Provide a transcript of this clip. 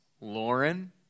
Lauren